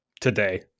today